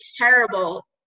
terrible